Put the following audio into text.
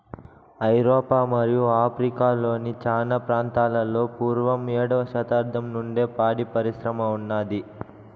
ఐరోపా మరియు ఆఫ్రికా లోని చానా ప్రాంతాలలో పూర్వం ఏడవ శతాబ్దం నుండే పాడి పరిశ్రమ ఉన్నాది